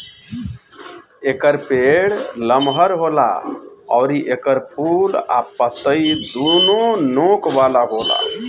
एकर पेड़ लमहर होला अउरी एकर फूल आ पतइ दूनो नोक वाला होला